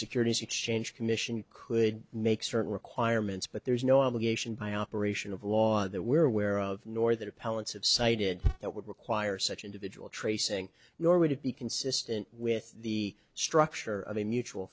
securities exchange commission could make certain requirements but there's no obligation by operation of law that we're aware of nor that appellant's have cited that would require such individual tracing nor would it be consistent with the structure of a mutual